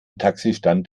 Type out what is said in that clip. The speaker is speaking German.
taxistand